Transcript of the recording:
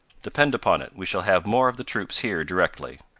depend upon it, we shall have more of the troops here directly.